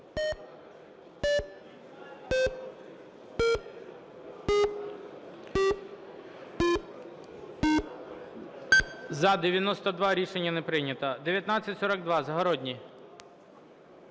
За-92 Рішення не прийнято. 1942, Загородній.